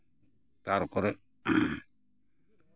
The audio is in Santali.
ᱛᱟᱨᱯᱚᱨᱮ